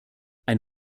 ein